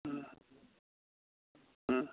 ꯎꯝ ꯎꯝ